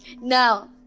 now